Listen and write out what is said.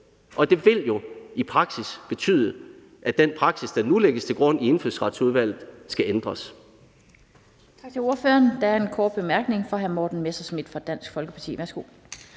og det vil jo i praksis betyde, at den praksis, der nu lægges til grund i Indfødsretsudvalget, skal ændres.